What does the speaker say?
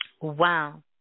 wow